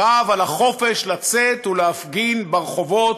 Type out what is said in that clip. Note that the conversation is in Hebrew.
קרב על החופש לצאת ולהפגין ברחובות,